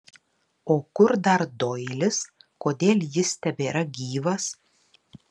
o kur dar doilis kodėl jis tebėra gyvas